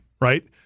right